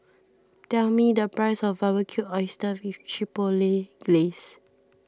tell me the price of Barbecued Oysters with Chipotle Glaze